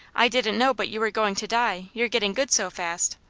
i didn't know but you were going to die, you're getting good so fast.